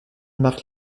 marque